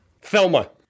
Thelma